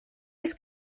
oes